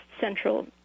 central